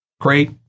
Great